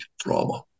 trauma